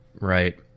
Right